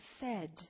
fed